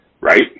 Right